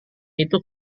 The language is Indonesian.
itu